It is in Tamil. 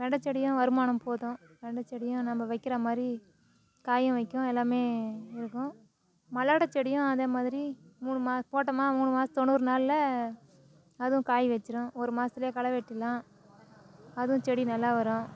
வெண்டை செடியும் வருமானம் போதும் வெண்டை செடியும் நம்ம வைக்கிறா மாதிரி காயும் வைக்கும் எல்லாம் இருக்கும் மல்லாட்ட செடியும் அதே மாதிரி மூணு மாசம் போட்டமா மூணு மாதம் தொண்ணூறு நாளில் அதுவும் காய் வச்சிரும் ஒரு மாசத்துலேயே களை வெட்டிரலாம் அதுவும் செடி நல்லா வரும்